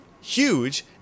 huge